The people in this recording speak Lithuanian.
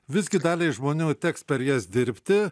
visgi daliai žmonių teks per jas dirbti